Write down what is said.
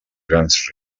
grans